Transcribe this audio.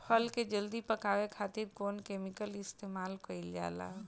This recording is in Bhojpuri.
फल के जल्दी पकावे खातिर कौन केमिकल इस्तेमाल कईल जाला?